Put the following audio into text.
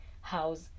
house